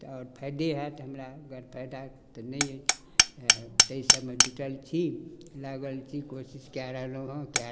आओर फायदे होयत हमरा गर फायदा तऽ नहिये ताहि सब मे जुटल छी लागल छी कोशिश कै रहलौं हँ कै